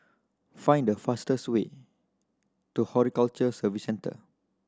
find the fastest way to Horticulture Services Centre